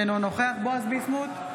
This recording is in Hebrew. אינו נוכח בועז ביסמוט,